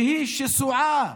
שהיא שסועה,